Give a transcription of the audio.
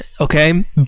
Okay